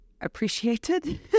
appreciated